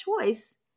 choice